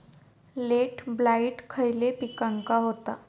Late blight खयले पिकांका होता?